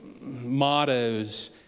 mottos